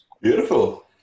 Beautiful